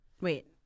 Wait